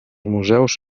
museus